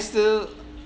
still